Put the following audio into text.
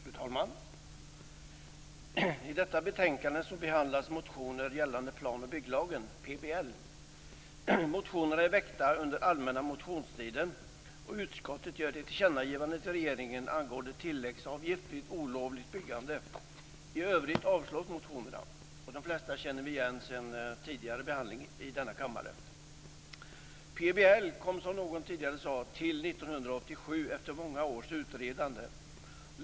Fru talman! I detta betänkande behandlas motioner gällande plan och bygglagen, PBL. Motionerna är väckta under allmänna motionstiden. Utskottet gör ett tillkännagivande till regeringen angående tilläggsavgift vid olovligt byggande. I övrigt avstyrks motionerna. De flesta känner vi igen från tidigare behandling i denna kammare. PBL kom - som någon tidigare här sade - till 1987, efter många års utredande.